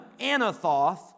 Anathoth